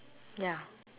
ya